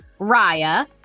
Raya